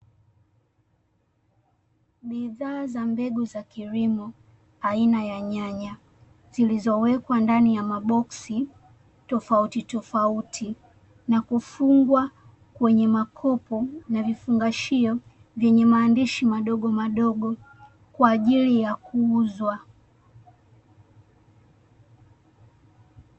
Bidhaa za mbegu za kilimo aina ya nyanya zilizowekwa ndani ya maboksi tofauti tofauti na kufungwa kwenye makopo na vifungashio vyenye maandishi madogo madogo kwa ajili ya kuuzwa.